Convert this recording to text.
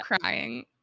crying